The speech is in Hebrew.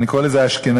אני קורא לזה האשכנזית,